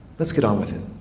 let's get on with it.